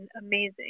amazing